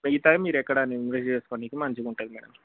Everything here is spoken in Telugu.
మిగతావి మీరు ఎక్కడైనా ఇన్వెస్ట్ చేసుకోడానికి మంచిగా ఉంటుంది మేడమ్